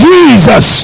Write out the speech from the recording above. Jesus